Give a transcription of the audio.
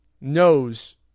knows